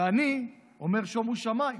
ואני אומר: שומו שמיים,